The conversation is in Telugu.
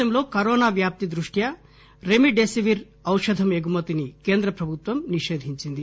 దేశంలో కరోనా వ్యాప్తి దృష్ట్యా రెమిడెసివిర్ ఔషధం ఎగుమతిని కేంద్ర ప్రభుత్వం నిషేధించింది